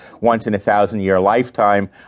once-in-a-thousand-year-lifetime